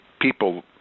people